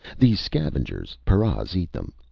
these scavengers paras eat them!